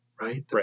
Right